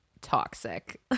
toxic